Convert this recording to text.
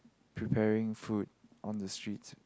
preparing food on the streets